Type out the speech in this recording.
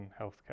healthcare